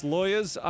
Lawyers